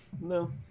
No